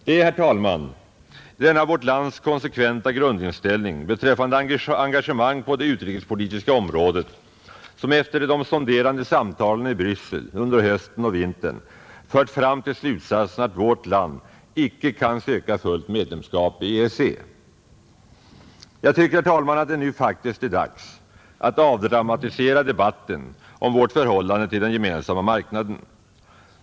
Det är, herr talman, denna vårt lands konsekventa grundinställning beträffande engagemang på det utrikespolitiska området, som efter de sonderande samtalen i Bryssel under hösten och vintern fört fram till slutsatsen att vårt land icke kan söka fullt medlemskap i EEC. Jag tycker att det nu faktiskt är dags att avdramatisera debatten om vårt förhållande till Gemensamma marknaden.